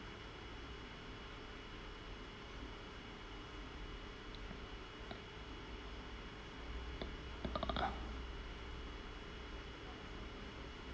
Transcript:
err